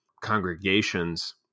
congregations